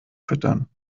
füttern